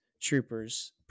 troopers